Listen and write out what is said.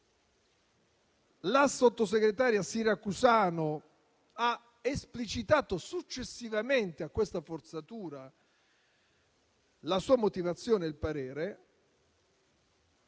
La sottosegretaria Siracusano ha esplicitato, successivamente a questa forzatura, la sua motivazione e il parere.